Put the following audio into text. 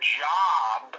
job